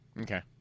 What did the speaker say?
Okay